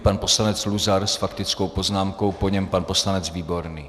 Pan poslanec Luzar s faktickou poznámkou, po něm pan poslanec Výborný.